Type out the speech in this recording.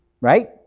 right